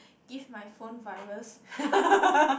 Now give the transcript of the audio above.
give my phone virus